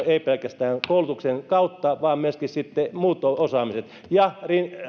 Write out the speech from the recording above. ei pelkästään koulutuksen kautta vaan myöskin muut osaamiset ja